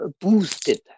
boosted